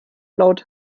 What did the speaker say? laut